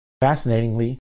Fascinatingly